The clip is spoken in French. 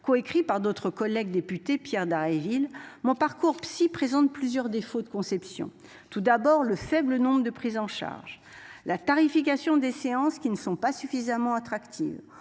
Coécrit par d'autres collègues député Pierre Dharréville mon parcours psy présente plusieurs défauts de conception. Tout d'abord le faible nombre de prise en charge. La tarification des séances qui ne sont pas suffisamment attractive.